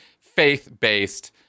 faith-based